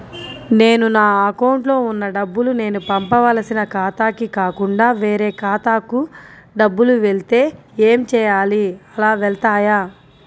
నేను నా అకౌంట్లో వున్న డబ్బులు నేను పంపవలసిన ఖాతాకి కాకుండా వేరే ఖాతాకు డబ్బులు వెళ్తే ఏంచేయాలి? అలా వెళ్తాయా?